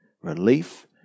relief